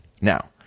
Now